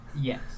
Yes